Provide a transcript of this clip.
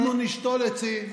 אנחנו נשתול עצים,